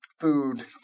food